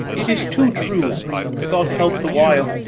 it is too true god help the while!